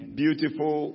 beautiful